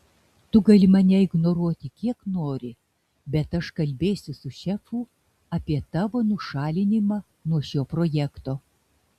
tu gali mane ignoruoti kiek nori bet aš kalbėsiu su šefu apie tavo nušalinimą nuo šio projekto